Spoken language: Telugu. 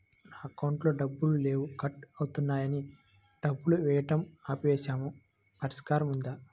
నా అకౌంట్లో డబ్బులు లేవు కట్ అవుతున్నాయని డబ్బులు వేయటం ఆపేసాము పరిష్కారం ఉందా?